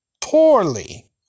poorly